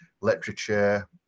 literature